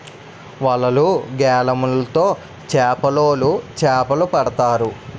వలలు, గాలములు తో చేపలోలు చేపలు పడతారు